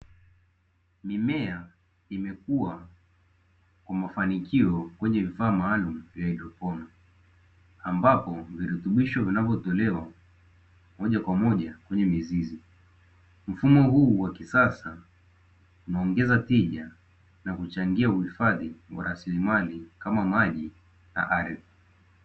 Mimea imekua kwa mafanikio kwenye vifaa maalum vya hadroponi, ambapo virutubisho vinavyotolewa moja kwa moja kwenye mizizi. Mfumo huu wa kisasa unaongeza tija na kuchangia kwenye uhifadhi wa rasilimali kama maji.